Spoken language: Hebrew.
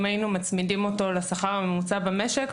אם היינו מצמידים אותו לשכר הממוצע במשק,